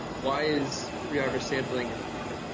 why is pre-harvest sampling important?